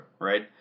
right